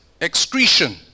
excretion